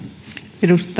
arvoisa